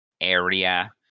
area